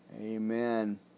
Amen